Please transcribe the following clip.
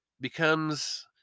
becomes